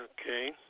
Okay